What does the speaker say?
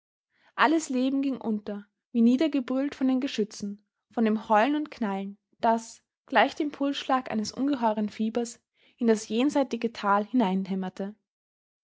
alles leben ging unter wie niedergebrüllt von den geschützen von dem heulen und knallen das gleich dem pulsschlag eines ungeheuren fiebers in das jenseitige tal